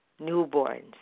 newborns